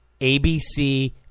ABC